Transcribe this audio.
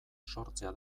sortzea